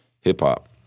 hip-hop